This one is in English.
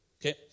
Okay